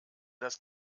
das